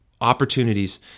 opportunities